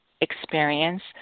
experience